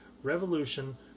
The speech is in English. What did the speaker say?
Revolution